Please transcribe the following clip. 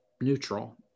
neutral